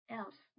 else